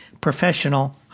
professional